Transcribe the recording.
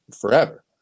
forever